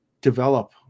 develop